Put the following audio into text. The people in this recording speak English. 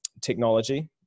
technology